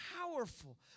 powerful